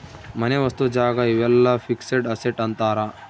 ಮನೆ ವಸ್ತು ಜಾಗ ಇವೆಲ್ಲ ಫಿಕ್ಸೆಡ್ ಅಸೆಟ್ ಅಂತಾರ